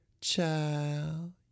Child